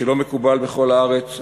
שלא מקובל בכל הארץ,